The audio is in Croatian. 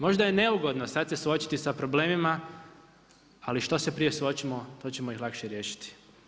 Možda je neugodno sad se suočiti sa problemima ali što se prije suočimo, to ćemo ih lakše riješiti.